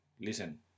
listen